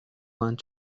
want